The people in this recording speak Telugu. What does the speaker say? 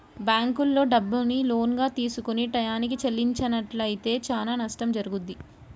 బ్యేంకుల్లో డబ్బుని లోనుగా తీసుకొని టైయ్యానికి చెల్లించనట్లయితే చానా నష్టం జరుగుద్ది